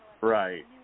Right